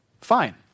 Fine